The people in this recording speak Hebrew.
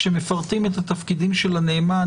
כאשר מפרטים את התפקידים של הנאמן,